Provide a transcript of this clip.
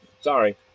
Sorry